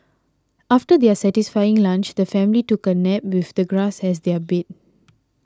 after their satisfying lunch the family took a nap with the grass as their bed